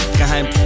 geheim